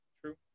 True